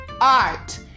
art